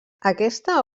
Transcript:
aquesta